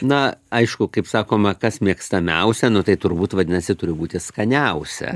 na aišku kaip sakoma kas mėgstamiausia nu tai turbūt vadinasi turi būti skaniausia